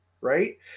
right